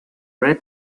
red